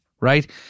right